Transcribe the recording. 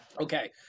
Okay